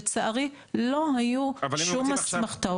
לצערי לא היו שום אסמכתאות.